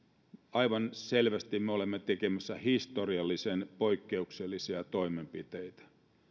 aivan selvästi me olemme tekemässä historiallisen poikkeuksellisia toimenpiteitä